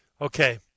Okay